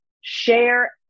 share